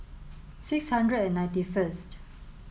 six hundred and ninety first